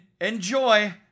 enjoy